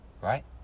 right